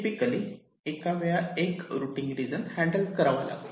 typically एकावेळी एक routing region handle करावा लागतो